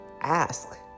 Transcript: ask